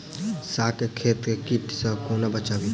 साग केँ खेत केँ कीट सऽ कोना बचाबी?